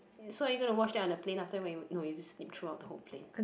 so are you gonna watch that on the plane after when you no you just sleep through out the whole plane